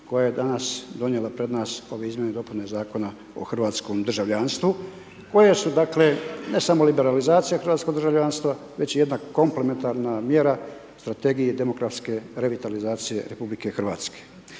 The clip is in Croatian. koja je danas donijela pred nas ove Izmjene i dopune Zakona o hrvatskom državljanstvu koje su dakle ne samo liberalizacija hrvatskog državljanstva već i jedna komplementarna mjera Strategije demografske, revitalizacije RH. Naime,